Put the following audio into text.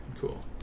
Cool